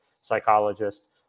psychologist